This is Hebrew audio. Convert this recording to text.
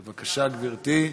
בבקשה, גברתי.